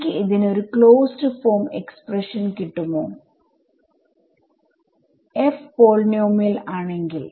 എനിക്ക് ഇതിന് ഒരു ക്ലോസ്ഡ് ഫോം എക്സ്പ്രഷൻ കിട്ടുമോf പോളിനോമിയൽ ആണെങ്കിൽ